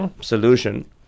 solution